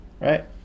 right